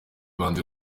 banze